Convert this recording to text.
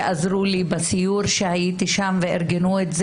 שעזרו לי בסיור שהייתי בו וארגנו אותו.